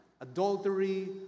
Adultery